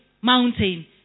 mountain